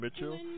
Mitchell